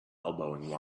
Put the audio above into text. elbowing